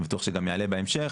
אני בטוח שגם יעלה בהמשך,